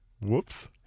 Whoops